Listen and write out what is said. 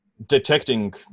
Detecting